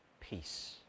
peace